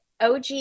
OG